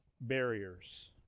barriers